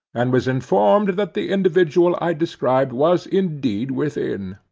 and was informed that the individual i described was indeed within.